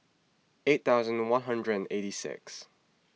eight thousand one hundred and eighty six